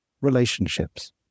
relationships